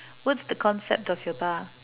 what's the concept of your bar